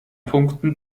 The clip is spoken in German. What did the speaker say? punkten